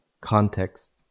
context